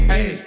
Hey